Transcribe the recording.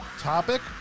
topic